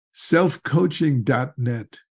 selfcoaching.net